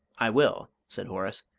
i will, said horace.